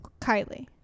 Kylie